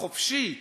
החופשי,